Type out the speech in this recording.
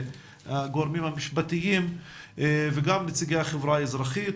הגורמים המשפטיים וגם נציגי החברה האזרחית.